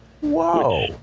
Whoa